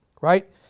right